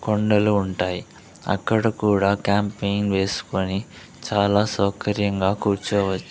కొండలు ఉంటాయి అక్కడ కూడా క్యాంపింగ్ వేసుకొని చాలా సౌకర్యంగా కూర్చోవచ్చు